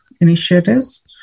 initiatives